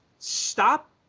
stop